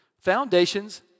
Foundations